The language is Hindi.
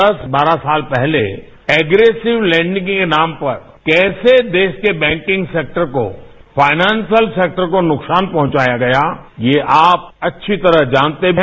दस बारह साल पहले एग्रेसिव लैंडगिय नाम पर कैसे देश के बैंकिंग सेक्टर को फायनेन्शियल सेक्टर को नुकसान पहुंचाया गया ये आप अच्छी तरह जानते हैं